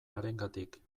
harengatik